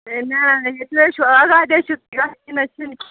ہے نَہ نَہ نَہ ہے تُہۍ حظ یہِ نہٕ حظ چھِنہٕ